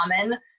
common